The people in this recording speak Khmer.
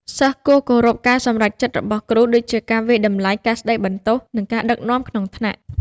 សិស្សគួរគោរពការសម្រេចចិត្តរបស់គ្រូ ដូចជា ការវាយតម្លៃ ការស្តីបន្ទោស និងការដឹកនាំក្នុងថ្នាក់។